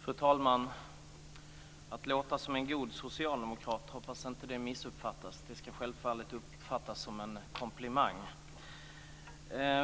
Fru talman! Att låta som en god socialdemokrat hoppas jag inte missuppfattas. Det ska självklart uppfattas som en komplimang.